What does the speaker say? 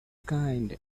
kind